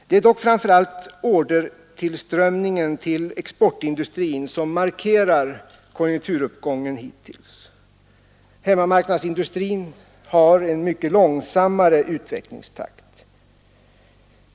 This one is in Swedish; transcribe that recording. Det är dock framför allt ordertillströmningen till exportindustrin som markerar konjunkturuppgången hittills. Hemmamarknadsindustrin har en mycket långsammare utvecklingstakt.